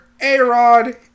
A-Rod